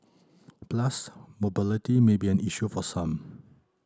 plus mobility may be an issue for some